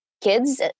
kids